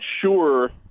sure